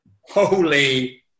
holy